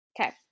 Okay